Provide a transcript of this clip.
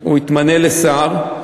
הוא התמנה לשר,